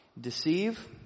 Deceive